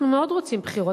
אנחנו מאוד רוצים בחירות.